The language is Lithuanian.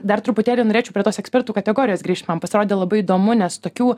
dar truputėlį norėčiau prie tos ekspertų kategorijos grįžt man pasirodė labai įdomu nes tokių